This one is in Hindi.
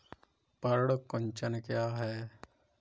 पर्ण कुंचन क्या है?